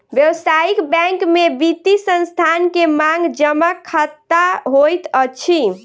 व्यावसायिक बैंक में वित्तीय संस्थान के मांग जमा खता होइत अछि